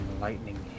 lightning